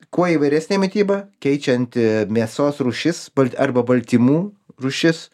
kuo įvairesnė mityba keičianti mėsos rūšis arba baltymų rūšis